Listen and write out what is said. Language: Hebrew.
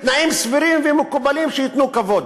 בתנאים סבירים ומקובלים שייתנו כבוד,